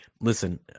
Listen